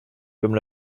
comme